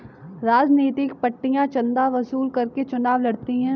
राजनीतिक पार्टियां चंदा वसूल करके चुनाव लड़ती हैं